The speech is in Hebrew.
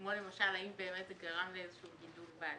כמו למשל האם באמת זה גרם לאיזשהו גידול בעלייה,